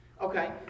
Okay